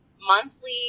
monthly